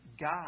God